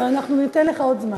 ואנחנו ניתן לך עוד זמן.